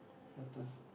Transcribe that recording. your turn